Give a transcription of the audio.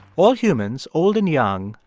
all humans, old and young,